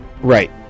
Right